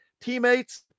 teammates